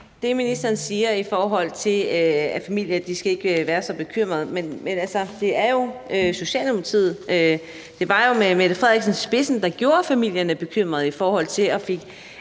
tale. Ministeren siger, at familier ikke skal være så bekymrede. Men det var jo Socialdemokratiet med Mette Frederiksen i spidsen, der gjorde familierne bekymrede i forhold til at få